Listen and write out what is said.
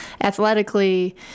athletically